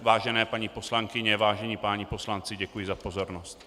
Vážené paní poslankyně, vážení páni poslanci, děkuji za pozornost.